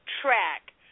track